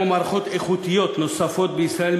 כמו מערכות איכותיות נוספות בישראל,